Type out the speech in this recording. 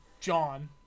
John